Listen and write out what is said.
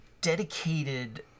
dedicated